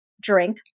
drink